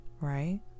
Right